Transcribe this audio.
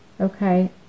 okay